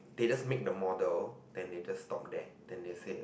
they just make the model then they just stopped there then they say